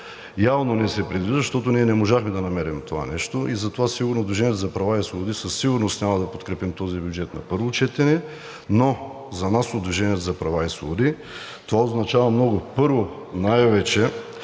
Явно не се предвижда, защото ние не можахме да намерим това нещо и затова „Движението за права и свободи“ със сигурност няма да подкрепим този бюджет на първо четене. Но за нас от „Движение за права и свободи“ това означава много. Първо, най-вече